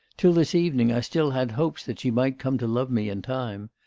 till this evening i still had hopes that she might come to love me in time.